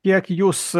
kiek jūs